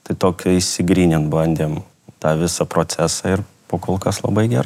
tai tokį išsigrynint bandėm tą visą procesą ir pa kol kas labai gerai